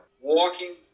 walking